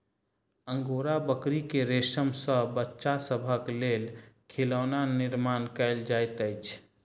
angora बकरी के रेशम सॅ बच्चा सभक लेल खिलौना निर्माण कयल जाइत अछि